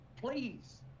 Please